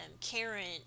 Karen